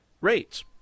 rates